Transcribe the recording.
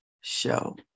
show